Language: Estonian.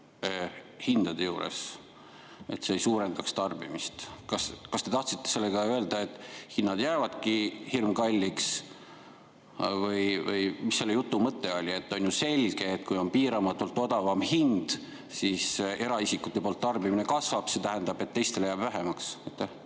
hindade juures see ei suurendaks tarbimist. Kas te tahtsite sellega öelda, et hinnad jäävadki hirmkalliks, või mis selle jutu mõte oli? On ju selge, et kui on odavam hind, siis eraisikute tarbimine kasvab, see tähendab, et teistele jääb [elektrit]